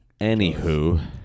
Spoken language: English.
Anywho